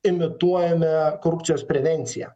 imituojame korupcijos prevenciją